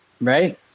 right